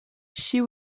she